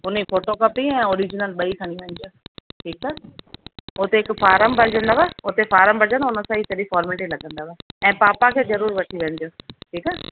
उन जी फोटोकॉपी ऐं ऑरजिनल ॿई खणी वञिजो ठीकु आहे उते हिकु फार्म भरिजंदव उते फारम भरिजंदव उन सां ई सॼी फर्मलिटी लॻंदव ऐं पापा खे ज़रूरु वठी वञिजो ठीकु आहे